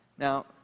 Now